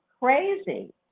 crazy